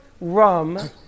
rum